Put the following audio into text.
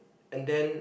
and then